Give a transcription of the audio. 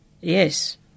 Yes